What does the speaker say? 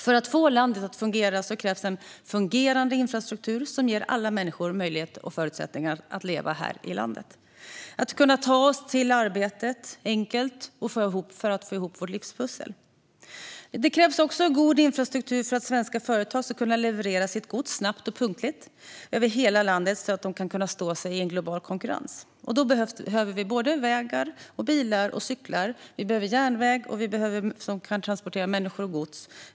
För att få landet att fungera krävs det en fungerande infrastruktur som ger alla människor möjlighet och förutsättningar att leva här i landet. Det handlar om att enkelt kunna ta sig till arbetet för att få ihop livspusslet. Det krävs också god infrastruktur för att svenska företag ska kunna leverera sitt gods snabbt och punktligt över hela landet, så att de kan stå sig i en global konkurrens. Då behöver vi vägar, bilar och cyklar, liksom järnväg som kan transportera människor och gods.